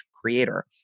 Creator